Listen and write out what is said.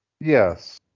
yes